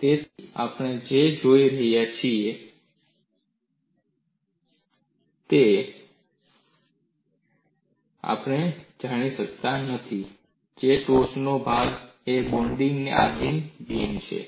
તેથી આપણે જે જાણીએ છીએ તે છે ટોચનો ભાગ એ બેન્ડિંગને આધિન બીમ છે